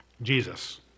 Jesus